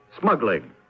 smuggling